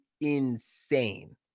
insane